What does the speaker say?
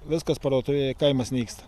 viskas parduotuvėje kaimas nyksta